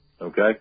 okay